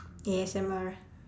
A_S_M_R